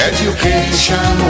Education